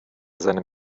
seinem